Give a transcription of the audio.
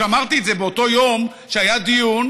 כשאמרתי את זה באותו יום שהיה דיון,